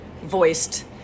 voiced